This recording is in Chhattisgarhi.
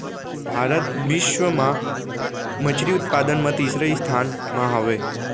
भारत बिश्व मा मच्छरी उत्पादन मा तीसरा स्थान मा हवे